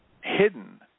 hidden